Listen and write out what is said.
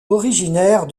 originaire